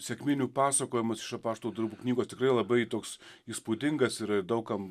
sekminių pasakojimas iš apaštalų darbų knygos tikrai labai toks įspūdingas yra ir daug kam